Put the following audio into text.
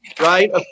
Right